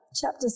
chapter